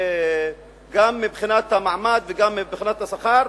גם מבחינת המעמד וגם מבחינת השכר,